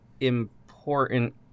important